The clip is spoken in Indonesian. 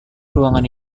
ruangan